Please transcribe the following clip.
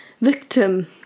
victim